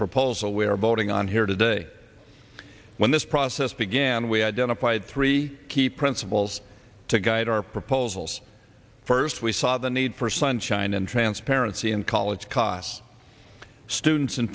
proposal we are voting on here today when this process began we identified three key principles to guide our proposals first we saw the need for sunshine and transparency in college costs students